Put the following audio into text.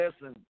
listen